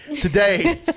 today